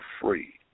free